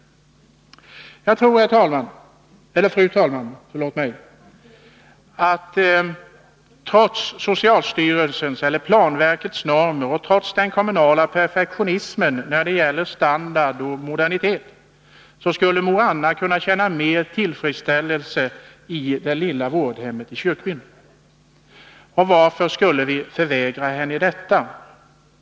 Jagtror, fru talman, trots socialstyrelsens och planverkets normer och trots den kommunala perfektionismen när det gäller standard och modernitet, att mor Anna även i dag skulle känna mer tillfredsställelse i det lilla vårdhemmet i kyrkbyn. Och varför skall vi förvägra henne detta?